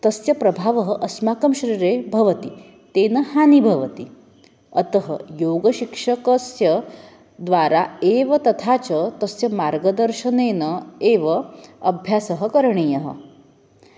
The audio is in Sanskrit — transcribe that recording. तस्य प्रभावः अस्माकं शरीरे भवति तेन हानिः भवति अतः योगशिक्षकस्य द्वारा एव तथा च तस्य मार्गदर्शनेन एव अभ्यासः करणीयः